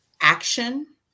action